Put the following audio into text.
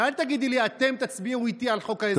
ואל תגידי לי: אתם תצביעו איתי על חוק האזרחות,